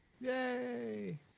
Yay